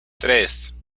tres